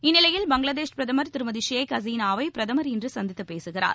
இந்நிலையில் பங்களாதேஷ் பிரதமர் திருமதிஷேக் ஹசினாவை பிரதமர் இன்றுசந்தித்துப் பேசுகிறார்